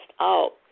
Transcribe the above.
out